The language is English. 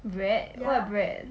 bread what bread